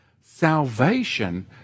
Salvation